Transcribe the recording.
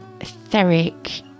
etheric